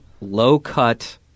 low-cut